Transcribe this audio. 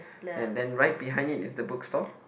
and then right behind it is the book store